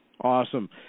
Awesome